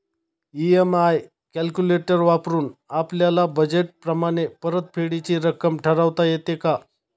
EMI calculator वापरून आपापल्या budget प्रमाणे परतफेडीची रक्कम ठरवता येते का?